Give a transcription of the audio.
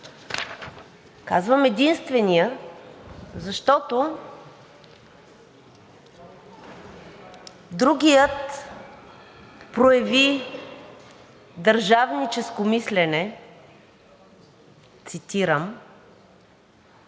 Казвам единствения, защото другият прояви „държавническо мислене“ – цитирам,